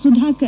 Sudhakar